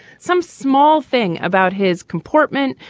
some small thing about his comportment,